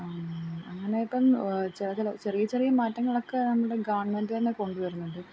അങ്ങനെയൊക്കെ ചെറുങ്ങനെ ചെറിയ ചെറിയ മാറ്റങ്ങളൊക്കെ നമ്മുടെ ഗവണ്മെൻറ്റ് തന്നെ കൊണ്ട് വരുന്നുണ്ട്